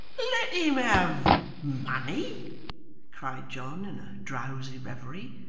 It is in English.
let him have money cried john, in a drowsy reverie.